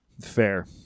Fair